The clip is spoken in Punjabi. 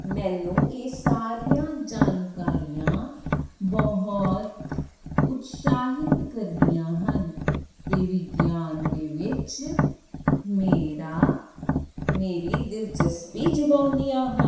ਮੈਨੂੰ ਇਹ ਸਾਰੀਆਂ ਜਾਣਕਾਰੀਆਂ ਬਹੁਤ ਉਤਸਾਹਿਤ ਕਰਦੀਆਂ ਹਨ ਤੇ ਵਿਗਿਆਨ ਦੇ ਵਿੱਚ ਮੇਰਾ ਮੇਰੀ ਦਿਲਚਸਪੀ ਜਗਾਉਂਦੀਆਂ ਹਨ